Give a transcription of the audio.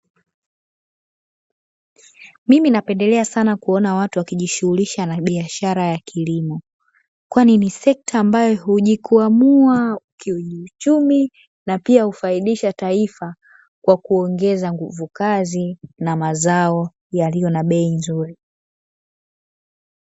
Mimi napendelea sana kuona watu, wakijishughulisha na biashara ya kilimo kwani ni sekta, ambayo hujikwamua kiuchumi na pia hufaidisha taifa kwa kuongeza nguvu kazi na mazao yaliyo na bei nzuri.